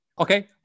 Okay